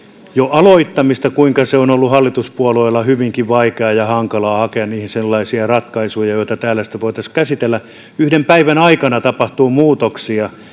aloittamista kuinka on ollut hallituspuolueille hyvinkin vaikeaa ja hankalaa hakea sellaisia ratkaisuja joita täällä sitten voitaisiin käsitellä kun yhden päivän aikana tapahtuu muutoksia